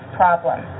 problem